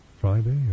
Friday